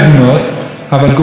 בעיקר המדינות החזקות,